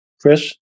Chris